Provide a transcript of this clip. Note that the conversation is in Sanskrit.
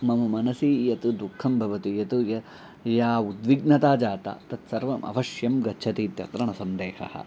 मम मनसि यत् दुःखं भवति यतो या उद्विग्नता जाता तत् सर्वम् अवश्यं गच्छतीत्यत्र न सन्देहः